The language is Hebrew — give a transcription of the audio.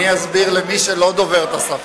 אני אסביר למי שלא דובר ערבית.